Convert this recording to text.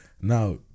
now